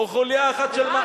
נמאס כבר,